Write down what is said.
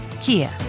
Kia